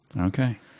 Okay